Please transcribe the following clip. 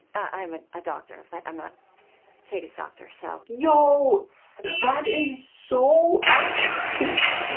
i'm a ah doctor, but i'm not katie's doctor. so yo that is so accurate.